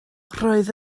roedd